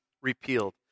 repealed